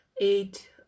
eight